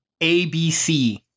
ABC